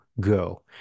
go